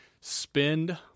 Spend